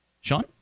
Sean